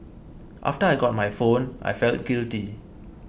after I got my phone I felt guilty